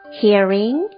hearing